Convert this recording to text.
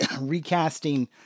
recasting